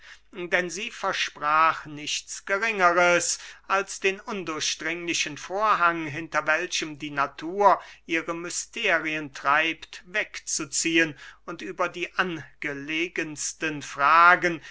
denn sie versprach nichts geringeres als den undurchdringlichen vorhang hinter welchem die natur ihre mysterien treibt wegzuziehen und über die angelegensten fragen